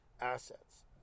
assets